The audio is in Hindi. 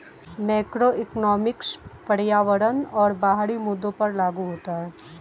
मैक्रोइकॉनॉमिक्स पर्यावरण और बाहरी मुद्दों पर लागू होता है